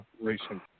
recent